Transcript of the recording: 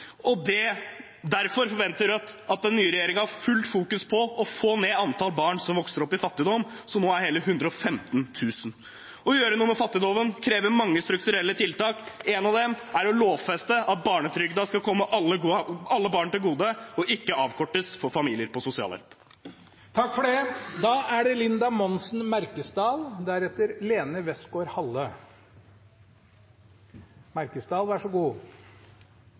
Derfor forventer Rødt at den nye regjeringen fokuserer fullt på å få ned antall barn som vokser opp i fattigdom, som nå er hele 115 000. Å gjøre noe med fattigdommen krever mange strukturelle tiltak. Et av dem er å lovfeste at barnetrygden skal komme alle barn til gode og ikke avkortes for familier på sosialhjelp. Noreg og verda skal i ei ny retning. Noreg skal kutta 55 pst. av klimagassane innan 2030. Klimakrisa er